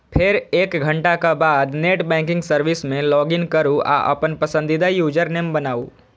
फेर एक घंटाक बाद नेट बैंकिंग सर्विस मे लॉगइन करू आ अपन पसंदीदा यूजरनेम बनाउ